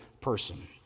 person